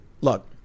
look